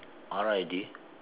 R I D